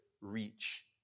reach